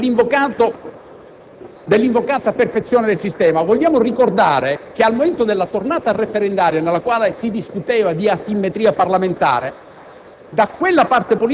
alla faccia dell'invocata perfezione del sistema! Vogliamo ricordare che al momento della tornata referendaria, nella quale si discuteva di asimmetria parlamentare,